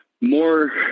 more